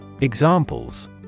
Examples